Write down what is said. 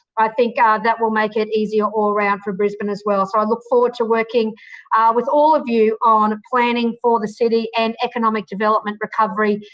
i think that will make it easier all round for brisbane, as well. so, i look forward to working with all of you on planning for the city and economic development recovery,